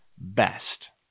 best